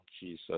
Jesus